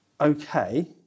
Okay